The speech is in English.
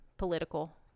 political